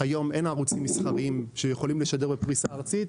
היום ערוצים מסחריים שיכולים לשדר בפריסה ארצית.